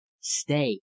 stay